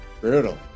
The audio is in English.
Brutal